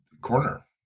corner